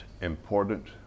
important